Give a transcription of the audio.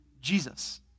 Jesus